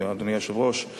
וכמובן אדוני היושב-ראש,